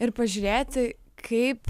ir pažiūrėti kaip